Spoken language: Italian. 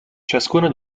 ciascuno